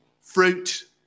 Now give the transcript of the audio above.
fruit